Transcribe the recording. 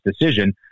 decision